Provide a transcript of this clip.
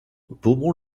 beaumont